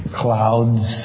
clouds